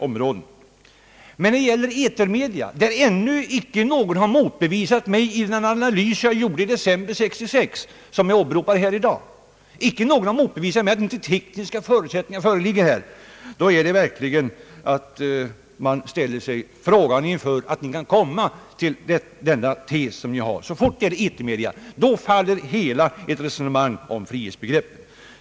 När det gäller etermedia har ännu icke någon kunnat motbevisa den analys som jag gjorde i december 1966 — som jag också har åberopat i dag — och som innebar att tekniska förutsättningar föreligger på det här området. Man kan verkligen ställa sig frågande inför hur ni kan komma fram till den tes som ni förfäktar: så fort det gäller etermedia faller hela ert resonemang om frihetsbegreppet.